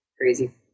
crazy